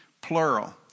Plural